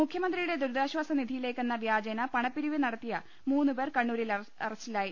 മുഖ്യമന്ത്രിയുടെ ദുരിതാശ്ചാസ നിധിയിലേക്ക് എന്ന വ്യാജേന പണപ്പിരിവ് നടത്തിയ മൂന്ന് പേർ കണ്ണൂരിൽ അറസ്റ്റിലായി